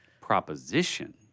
proposition